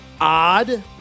odd